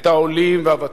את העולים והוותיקים.